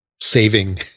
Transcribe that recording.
saving